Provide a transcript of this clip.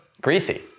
greasy